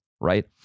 Right